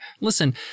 Listen